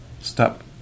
stop